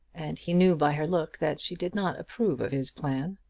and he knew by her look that she did not approve of his plan.